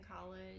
college